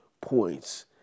points